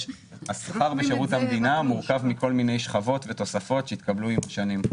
השכר בשירות המדינה מורכב מכל מיני שכבות ותוספות שהתקבלו עם השנים,